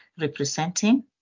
representing